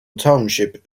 township